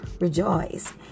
rejoice